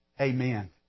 Amen